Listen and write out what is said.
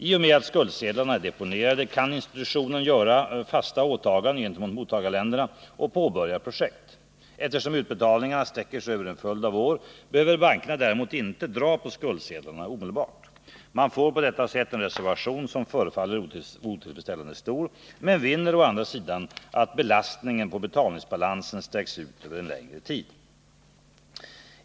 I och med att skuldsedlarna är deponerade kan institutionen göra fasta åtaganden gentemot mottagarländerna och påbörja projekt. Eftersom utbetalningarna sträcker sig över en följd av år behöver bankerna däremot inte dra på skuldsedlarna omedelbart. Man får på detta sätt en reservation som förefaller otillfredsställande stor, men vinner å andra sidan att belastningen på betalningsbalansen sträcks ut över en längre tid.